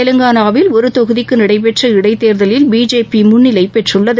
தெலங்கானாவில் ஒரு தொகுதிக்கு நடைபெற்ற இடைத் தேர்தலில் பிஜேபி முன்ளிலை பெற்றுள்ளது